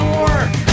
work